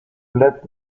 led